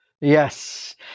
Yes